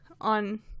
on